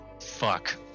Fuck